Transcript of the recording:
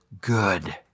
good